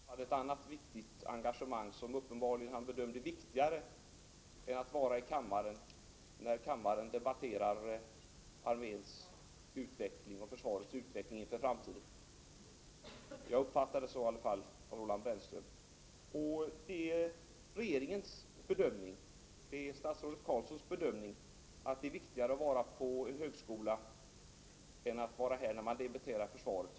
Herr talman! Låt oss först konstatera att Roine Carlsson hade ett annat engagemang som han uppenbarligen bedömde som viktigare än att vara i kammaren när kammaren debatterar arméns och försvarets utveckling inför framtiden. Jag uppfattar saken så av det som Roland Brännström sade. Det är regeringens och statsrådet Carlssons bedömning att det är viktigare att vara på en högskola än att vara här när vi debatterar försvaret.